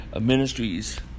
ministries